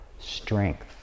strength